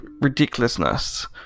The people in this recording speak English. ridiculousness